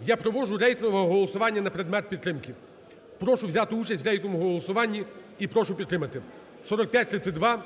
Я проводжу рейтингове голосування на предмет підтримки. Прошу взяти участь в рейтинговому голосуванні і прошу підтримати 4532.